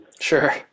Sure